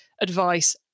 advice